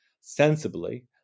sensibly